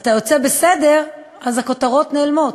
ואתה יוצא בסדר, הכותרות נעלמות.